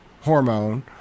hormone